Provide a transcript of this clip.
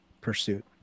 pursuit